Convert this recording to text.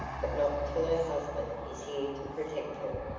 but not till her husband is here to protect her.